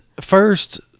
First